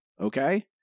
okay